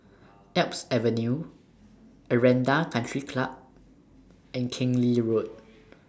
Alps Avenue Aranda Country Club and Keng Lee Road